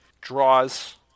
draws